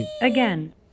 Again